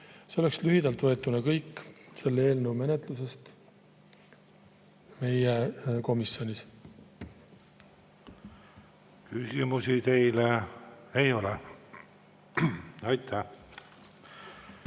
See on lühidalt võetuna kõik selle eelnõu menetlusest meie komisjonis. Küsimusi teile ei ole. Aitäh!